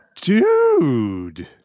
Dude